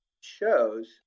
shows